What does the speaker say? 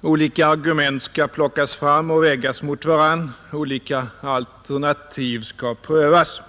olika argument skall plockas fram och vägas mot varandra, olika alternativ skall prövas.